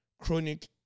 Chronic